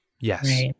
yes